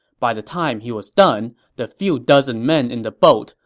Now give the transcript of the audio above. by the time he was done, the few dozen men in the boat,